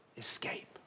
escape